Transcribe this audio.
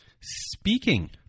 Speaking